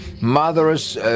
Mothers